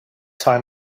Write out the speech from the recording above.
time